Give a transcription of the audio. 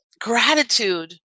gratitude